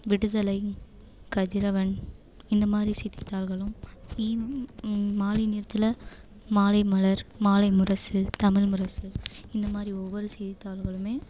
விடுதலை கதிரவன் இந்த மாதிரி செய்தித்தாள்களும் ஈவ் மாலைநேரத்தில் மாலைமலர் மாலைமுரசு தமிழ்முரசு இந்த மாதிரி ஒவ்வொரு செய்தித்தாள்களும்